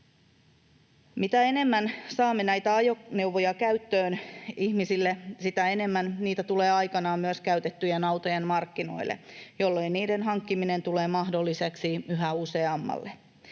Mitä enemmän saamme näitä ajoneuvoja käyttöön ihmisille, sitä enemmän niitä tulee aikanaan myös käytettyjen autojen markkinoille, jolloin niiden hankkiminen tulee mahdolliseksi yhä useammalle.